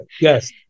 yes